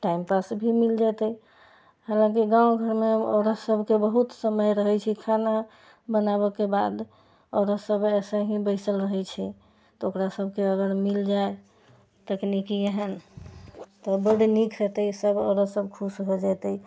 time pass भी मिल जेतै हाँलाकि गाँव घरमे औरत सभके बहुत समय रहैत छै खाना बनाबऽके बाद औरत सभ ऐसे ही बैसल रहैत छै तऽ ओकरा सभकेँ अगर मिल जाय तकनीकी एहन तऽ बड्ड नीक हेतै सभ औरत सभ खुश भए जेतै